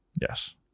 Yes